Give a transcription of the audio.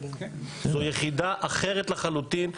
זו יחידה אחרת לחלוטין.